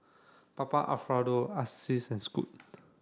Papa Alfredo Asics and Scoot